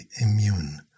immune